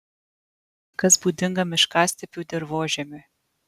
kas būdinga miškastepių dirvožemiui